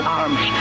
arms